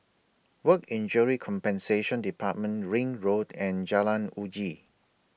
Work Injury Compensation department Ring Road and Jalan Uji